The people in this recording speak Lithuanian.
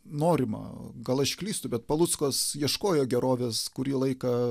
norima gal aš klystu bet paluckas ieškojo gerovės kurį laiką